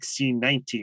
1619